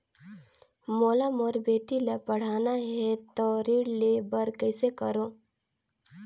मोला मोर बेटी ला पढ़ाना है तो ऋण ले बर कइसे करो